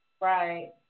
Right